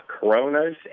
Coronas